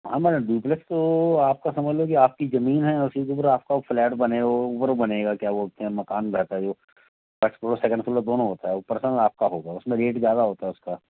हाँ madam duplex तो आपका समझ लो कि आपकी ज़मीन है उसी के ऊपर आपका फ्लैट बनेगा वह ऊपर बनेगा क्या बोलते हैं मकान रहता है जो फर्स्ट फ्लोर और सेकंड फ्लोर दोनों होता है वह पर्सनल आपका होगा उसमें रेट ज़्यादा होता है उसका